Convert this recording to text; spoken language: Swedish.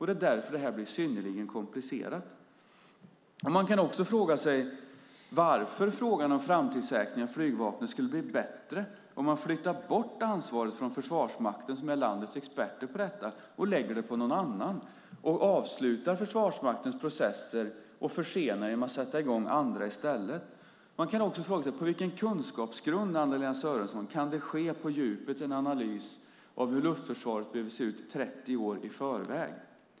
Det är därför det här blir synnerligen komplicerat. Man kan också fråga sig varför frågan om framtidssäkring av flygvapnet skulle bli bättre om man flyttar bort ansvaret från Försvarsmakten, som är landets experter på detta, och lägger det på någon annan, om man avslutar Försvarsmaktens processer och skapar förseningar genom att sätta i gång andra i stället. Man kan dessutom fråga sig, Anna-Lena Sörenson, på vilken kunskapsgrund det på djupet kan ske en analys av hur luftförsvaret bör se ut 30 år i förväg.